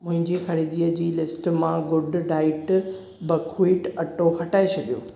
मुंहिंजी ख़रीदीअ जी लिस्ट मां गुड डाइट बकव्हीट अटो हटाइ छॾियो